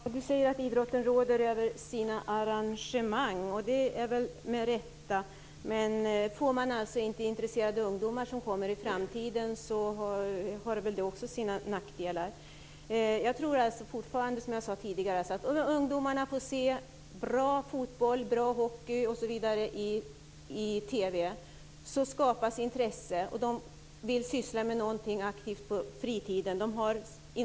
Fru talman! Kenneth Kvist säger att idrotten råder över sina arrangemang, och det är väl med rätta. Men får man inga intresserade ungdomar i framtiden har det väl också sina nackdelar. Jag tror fortfarande, som jag sade tidigare, att om ungdomar får se bra fotboll och hockey i TV så skapas intresse, och de vill syssla med någonting aktivt på fritiden.